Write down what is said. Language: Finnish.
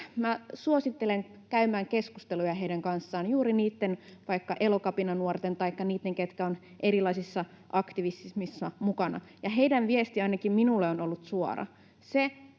suosittelen käymään keskusteluja heidän kanssaan, vaikka juuri niitten Elokapina-nuorten taikka niitten, ketkä ovat erilaisissa aktivismeissa mukana. Heidän viestinsä ainakin minulle on ollut suora: